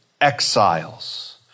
exiles